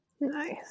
Nice